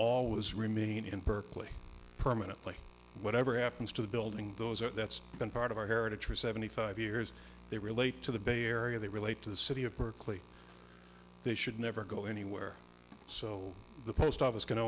always remain in berkeley permanently whatever happens to the building those are that's been part of our heritage for seventy five years they relate to the bay area they relate to the city of berkeley they should never go anywhere so the post office